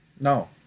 no